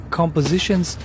compositions